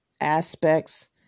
aspects